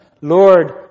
Lord